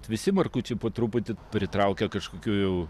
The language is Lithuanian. visi margučiai po truputį pritraukia kažkokių jau